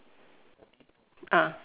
ah